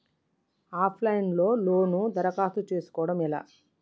Of line లో loan దరఖాస్తు చేసుకోవడం ఎలా?